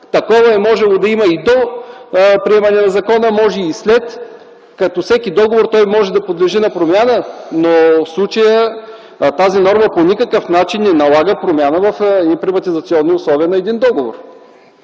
Такова е можело да има и до приемането на закона, може и след. Като всеки договор, той може да подлежи на промяна, но в случая тази норма по никакъв начин не налага промяна в приватизационните условия на един договор.